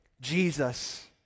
Jesus